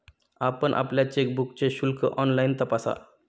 आपण आपल्या चेकबुकचे शुल्क ऑनलाइन तपासा